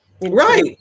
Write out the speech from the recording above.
Right